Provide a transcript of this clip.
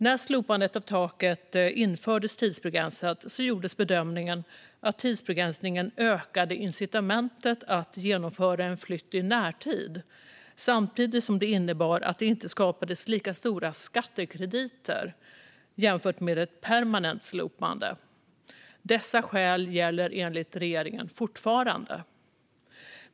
När slopandet av taket infördes tidsbegränsat gjordes bedömningen att tidsbegränsningen ökade incitamentet att genomföra en flytt i närtid, samtidigt som det innebar att det inte skapades lika stora skattekrediter jämfört med ett permanent slopande. Dessa skäl gäller enligt regeringen fortfarande.